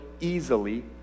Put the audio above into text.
easily